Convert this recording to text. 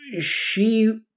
she-